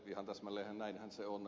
ihan täsmälleen näinhän se on